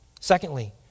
Secondly